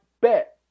bet